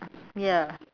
ya